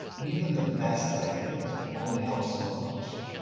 even the best ideas will only help so much,